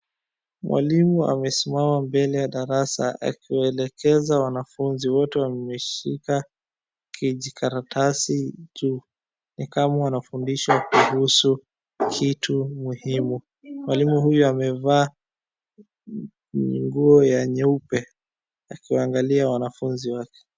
Mwalimu amesimama mbele ya darasa akiwaelekeza wanafunzi. Wote wameshika kijikaratasi juu, ni kama wanafundishwa kuhusu kitu muhimu. Mwalimu huyu amevaa nguo ya nyeupe, akiwaangalia wanafunzi wake.